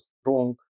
strong